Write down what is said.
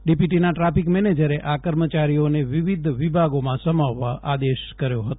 ડીપીટીના traffic મેનેજરે આ કર્મચારીઓને વિવિધ વિભાગોમાં સમાવવા આદેશ કર્યો હતો